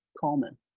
common